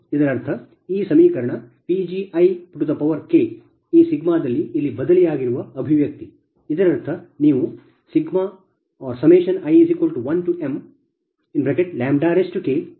ಇದರರ್ಥ ಈ ಸಮೀಕರಣ PgiKಈ ಸಿಗ್ಮಾದಲ್ಲಿ ಇಲ್ಲಿ ಬದಲಿಯಾಗಿರುವ ಅಭಿವ್ಯಕ್ತಿ ಇದರರ್ಥ ನೀವು i1mK bi 2Kj1 j≠imBijPgjK 2diKBiiPLPLossK ಪಡೆಯುತ್ತೀರಿ